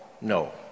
no